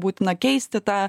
būtina keisti tą